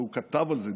הוא כתב על זה,